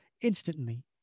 instantly